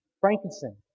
Frankenstein